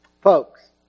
Folks